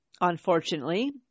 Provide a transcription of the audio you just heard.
Unfortunately